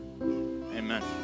Amen